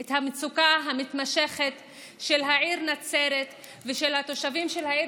את המצוקה המתמשכת של העיר נצרת ושל התושבים של העיר